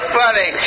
funny